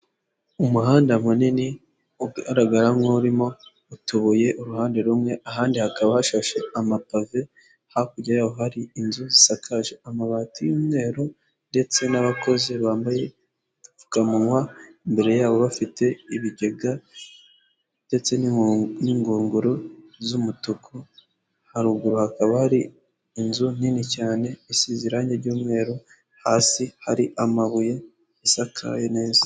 Umuhanda munini ugaragara nk'urimo utubuye uruhande rumwe ahandi hakaba hari amapave hakurya yaho hari inzu zisakaje amabati y'umweru ndetse n'abakozi bambaye udupfukamunwa, imbere yabo bafite ibigega ndetse n'ingunguru z'umutuku haruguru hakaba hari inzu nini cyane isize irange ry'umweru hasi hari amabuye isakaye neza.